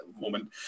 moment